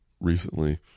recently